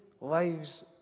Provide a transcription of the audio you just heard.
lives